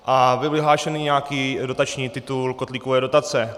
A byl vyhlášený nějaký dotační titul kotlíkové dotace.